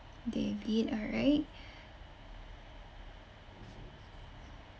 david all right